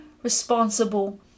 responsible